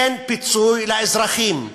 אין פיצוי לאזרחים.